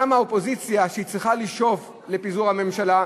גם האופוזיציה שצריכה לשאוף לפיזור הממשלה,